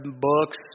books